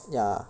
ya